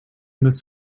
this